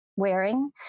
wearing